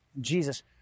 Jesus